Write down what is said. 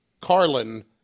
Carlin